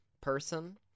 person